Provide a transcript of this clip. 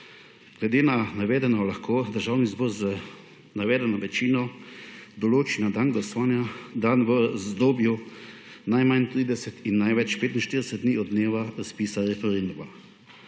Glede na navedeno lahko Državni zbor z navedeno večino določi dan glasovanja dan v razdobju najmanj 30 in največ 45 dni od dneva razpisa referenduma.